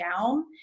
down